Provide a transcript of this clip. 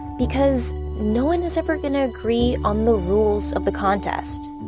because no one is ever going to agree on the rules of the contest.